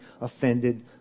offended